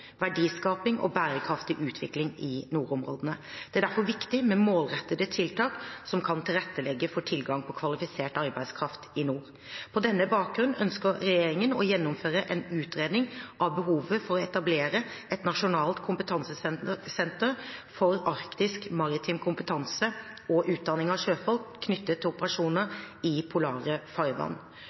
verdiskaping og bærekraftig utvikling i nordområdene. Det er derfor viktig med målrettede tiltak som kan tilrettelegge for tilgang på kvalifisert arbeidskraft i nord. På denne bakgrunn ønsker regjeringen å gjennomføre en utredning av behovet for å etablere et nasjonalt kompetansesenter for arktisk maritim kompetanse og utdanning av sjøfolk knyttet til operasjoner i polare farvann.